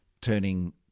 turning